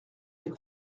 des